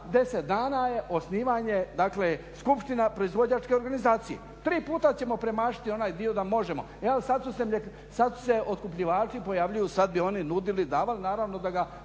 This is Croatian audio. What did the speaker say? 10 godina je osnivanje dakle skupština proizvođačke organizacije. Tri puta ćemo premašiti onaj dio da možemo. Sad se otkupljivači pojavljuju, sad bi oni nudili i davali, naravno da ga